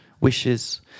wishes